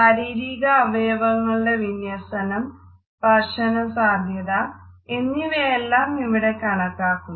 ശാരീരികാവയവങ്ങളുടെ വിന്യസനം സ്പർശനസാധ്യത എന്നിവയെല്ലാം ഇവിടെ കണക്കാക്കുന്നു